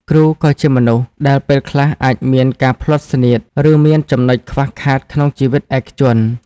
គ្រូក៏ជាមនុស្ស ដែលពេលខ្លះអាចមានការភ្លាត់ស្នៀត ឬមានចំណុចខ្វះខាតក្នុងជីវិតឯកជន។